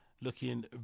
Looking